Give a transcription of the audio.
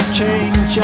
change